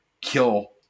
kill